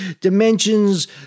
dimensions